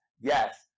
Yes